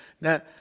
Now